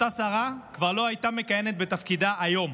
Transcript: אותה שרה כבר לא הייתה מכהנת בתפקידה היום.